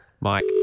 Mike